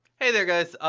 hey there, guys.